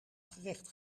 gerecht